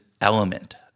element